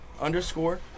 underscore